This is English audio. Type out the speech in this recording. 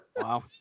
Wow